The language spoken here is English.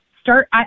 start